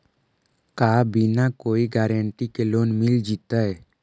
का बिना कोई गारंटी के लोन मिल जीईतै?